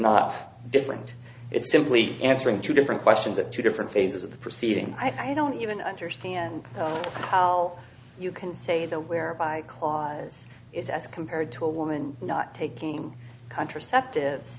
not different it's simply answering two different questions at two different phases of the proceeding i don't even understand how you can say that whereby kleis is as compared to a woman not taking contraceptives